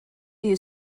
few